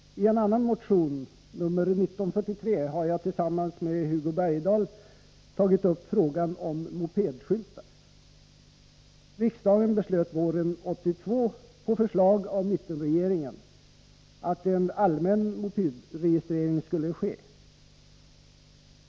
I en annan motion, nr 1943, har jag tillsammans med Hugo Bergdahl tagit upp frågan om mopedskyltar. Riksdagen beslöt våren 1982, på förslag av mittenregeringen, att en allmän mopedregistrering skulle ske.